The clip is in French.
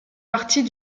partie